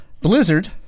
Blizzard